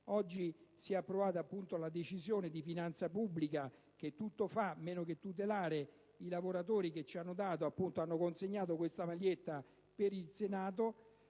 Oggi è stata approvata la Decisione di finanza pubblica, che tutto fa, meno che tutelare i lavoratori che ci hanno consegnato questa maglietta per il Senato.